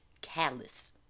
callous